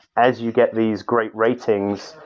as you get these great ratings,